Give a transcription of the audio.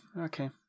Okay